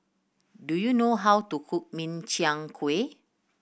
do you know how to cook Min Chiang Kueh